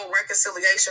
reconciliation